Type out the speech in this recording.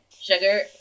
Sugar